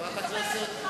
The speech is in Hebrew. רבותי,